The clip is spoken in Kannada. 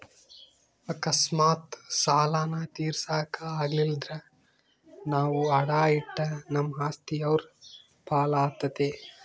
ಅಕಸ್ಮಾತ್ ಸಾಲಾನ ತೀರ್ಸಾಕ ಆಗಲಿಲ್ದ್ರ ನಾವು ಅಡಾ ಇಟ್ಟ ನಮ್ ಆಸ್ತಿ ಅವ್ರ್ ಪಾಲಾತತೆ